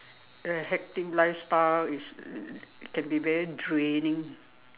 the hectic lifestyle is can be very draining